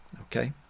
Okay